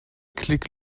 klick